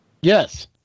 Yes